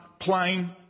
plain